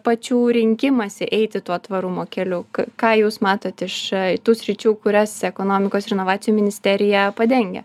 pačių rinkimąsi eiti tuo tvarumo keliu ką jūs matote iš tų sričių kurias ekonomikos ir inovacijų ministerija padengia